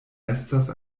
estas